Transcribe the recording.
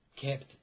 kept